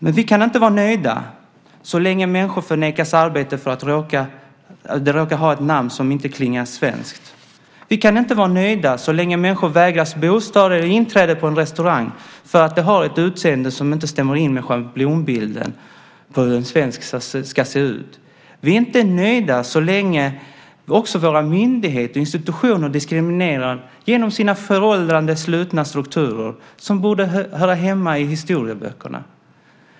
Men vi kan inte vara nöjda så länge människor förnekas arbete för att de råkar ha ett namn som inte klingar svenskt. Vi kan inte vara nöjda så länge människor vägras bostad eller inträde på en restaurang för att de har ett utseende som inte stämmer med schablonbilden av hur en svensk ska se ut. Vi är inte nöjda så länge också våra myndigheter och institutioner diskriminerar genom sina föråldrade, slutna strukturer som borde höra hemma i historieböckerna.